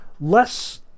less